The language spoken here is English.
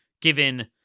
given